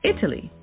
Italy